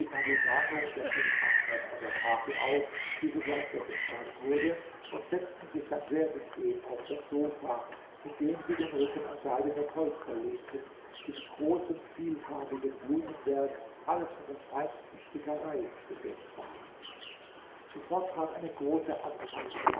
pari banu und der prinz ahmed von der tafel auf die sogleich weggetragen wurde und setzten sich dann sehr bequem auf das sofa indem sie den rücken an seidene polster lehnten die mit großem vielfarbigem blumenwerk alles von der feinsten stickerei bedeckt waren sofort trat eine große anzahl von